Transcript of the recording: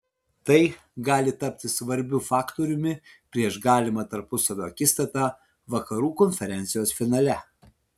tai gali tapti svarbiu faktoriumi prieš galimą tarpusavio akistatą vakarų konferencijos finale